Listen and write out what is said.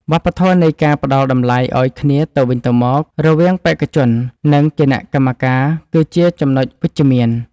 វប្បធម៌នៃការផ្ដល់តម្លៃឱ្យគ្នាទៅវិញទៅមករវាងបេក្ខជន និង គណៈកម្មការគឺជាចំណុចវិជ្ជមាន។